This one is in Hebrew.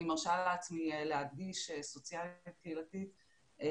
אני מרשה לעצמי להגיד סוציאלית קהילתית כי